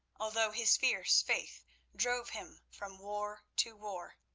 although his fierce faith drove him from war to war.